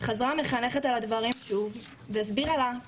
שלוש פעמים לא לעבור, בשלישי